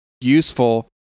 useful